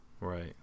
Right